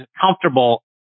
comfortable